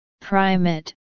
primate